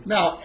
Now